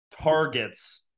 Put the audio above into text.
targets